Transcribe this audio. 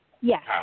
Yes